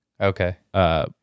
Okay